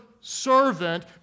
servant